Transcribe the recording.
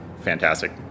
fantastic